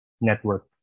network